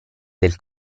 del